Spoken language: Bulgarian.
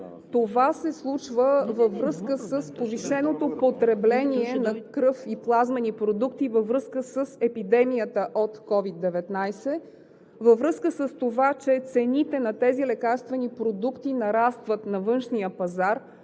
Това се случва: във връзка с повишеното потребление на кръв и плазмени продукти; във връзка с епидемията от COVID-19; във връзка с това, че цените на тези лекарствени продукти нарастват на външния пазар.